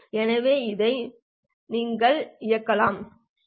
எனவே இதை நீங்கள் இணைக்கலாம் அல்லது இதன் IFFT ஐ எடுக்கலாம்